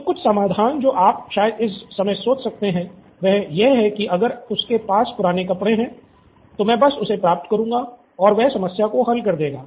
तो कुछ समाधान जो आप शायद इस समय सोच सकते हैं वह यह है कि अगर उसके पास पुराने कपड़े हैं तो मैं बस उसे प्राप्त करुंगा और वह समस्या को हल कर देगा